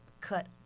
cut